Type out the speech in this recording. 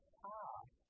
half